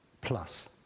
Plus